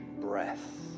breath